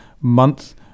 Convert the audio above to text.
month